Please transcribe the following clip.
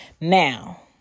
Now